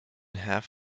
half